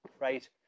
Right